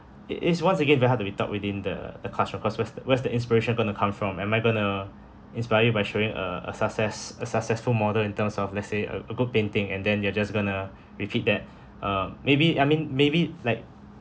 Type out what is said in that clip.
it is once again very hard to be taught within the the class of course where's the where's the inspiration going to come from am I going to inspire by showing a a success~ a successful model in terms of let's say a a good painting and then they're just going to repeat that uh maybe I mean maybe like